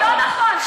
לא נכון.